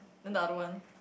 then the other one